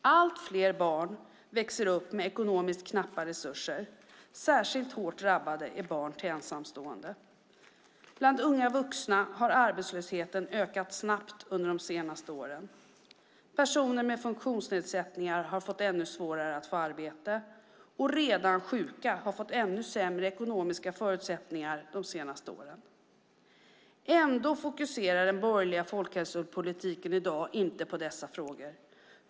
Allt fler barn växer upp med ekonomiskt knappa resurser. Särskilt hårt drabbade är barn till ensamstående. Bland unga vuxna har arbetslösheten ökat snabbt under de senaste åren. Personer med funktionsnedsättningar har fått ännu svårare att få arbete. Redan sjuka har fått ännu sämre ekonomiska förutsättningar de senaste åren. Ändå fokuserar den borgerliga folkhälsopolitiken i dag inte på dessa frågor.